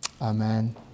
Amen